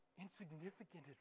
insignificant